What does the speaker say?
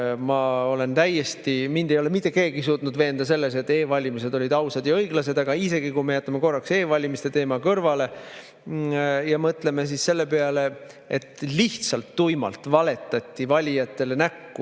Ma olen täiesti [kindel]. Mind ei ole mitte keegi suutnud veenda selles, et e‑valimised olid ausad ja õiglased, aga isegi kui me jätame korraks e‑valimiste teema kõrvale ja mõtleme selle peale, et lihtsalt tuimalt valetati valijatele näkku,